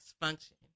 function